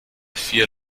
vier